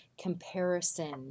comparison